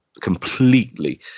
completely